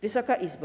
Wysoka Izbo!